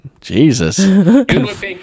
Jesus